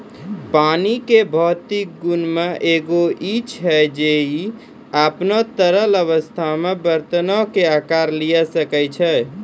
पानी के भौतिक गुणो मे से एगो इ छै जे इ अपनो तरल अवस्था मे बरतनो के अकार लिये सकै छै